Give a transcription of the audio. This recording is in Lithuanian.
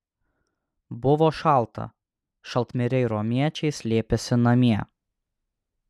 buvo šalta šaltmiriai romiečiai slėpėsi namie